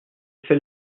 fait